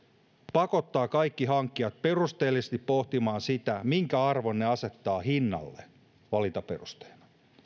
pakottaa kaikki hankkijat perusteellisesti pohtimaan sitä minkä arvon ne asettavat hinnalle valintaperusteena